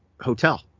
hotel